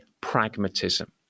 pragmatism